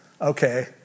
Okay